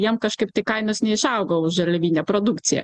jiem kažkaip tai kainos neišaugo už žaliavinę produkciją